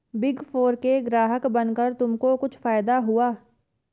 Big four के ग्राहक बनकर तुमको कुछ फायदा हुआ?